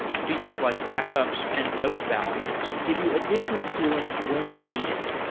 features like backups and node balances give you additional tooling when you need it.